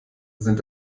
sind